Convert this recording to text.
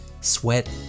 sweat